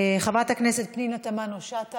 חברת הכנסת פנינה תמנו-שטה,